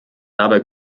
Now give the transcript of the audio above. dabei